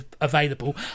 available